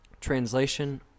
Translation